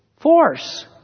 force